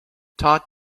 todd